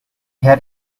hear